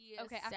Okay